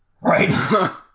Right